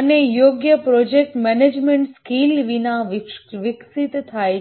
અને યોગ્ય project management skill વિના વિકસિત થાય છે